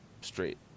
straight